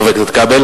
חבר הכנסת כבל.